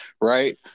right